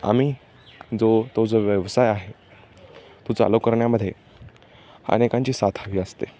आम्ही जो तो जो व्यवसाय आहे तो चालू करण्यामध्ये अनेकांची साथ हवी असते